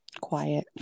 Quiet